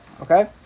Okay